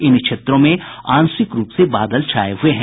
इन क्षेत्रों में आंशिक रूप से बादल छाये हुए हैं